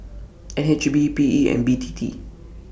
N H B P E and B T T